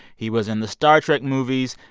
he was in the star trek movies.